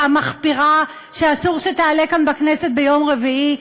המחפירה, שאסור שתעלה כאן בכנסת ביום רביעי.